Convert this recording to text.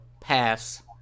pass